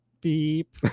beep